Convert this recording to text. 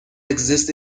exists